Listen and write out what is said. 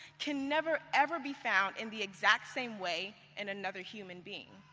can never ever be found in the exact same way in another human being.